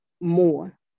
more